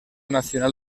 nacional